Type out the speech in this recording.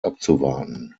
abzuwarten